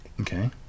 Okay